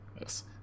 Yes